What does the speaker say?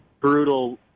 brutal